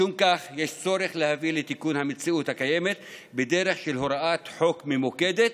משום כך יש צורך להביא לתיקון המציאות הקיימת בדרך של הוראת חוק ממוקדת,